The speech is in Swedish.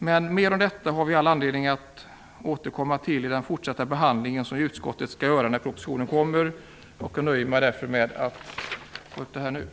Mer om detta får vi all anledning att återkomma till i utskottets behandling av den kommande propositionen. Jag nöjer mig därför med det som jag nu tagit upp.